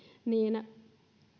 niin